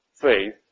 faith